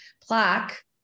plaque